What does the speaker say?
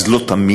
אז לא תמיד